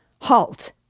halt